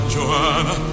Joanna